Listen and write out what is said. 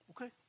okay